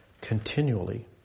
continually